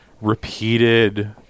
repeated